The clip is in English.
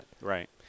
Right